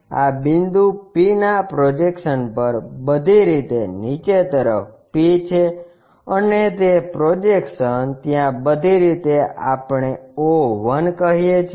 આ બિંદુ P ના પ્રોજેક્શન પર બધી રીતે નીચે તરફ P છે અને તે પ્રોજેક્શન ત્યાં બધી રીતે આપણે o 1 કહીએ છીએ